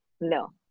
No